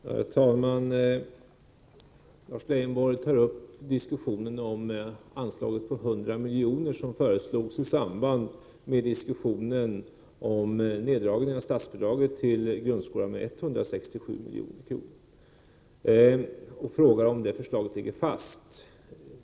Herr talman! Lars Leijonborg tar upp diskussionen om anslaget på 100 milj.kr. som föreslogs i samband med diskussionen om neddragning av statsbidraget till grundskolan med 167 milj.kr. Han frågar om det förslaget ligger fast.